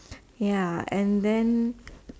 ya and then